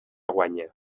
guanya